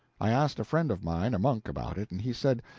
i asked a friend of mine, a monk, about it, and he said,